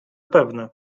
pewne